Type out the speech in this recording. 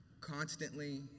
constantly